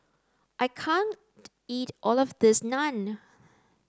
I can't eat all of this Naan